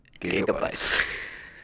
gigabytes